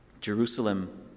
Jerusalem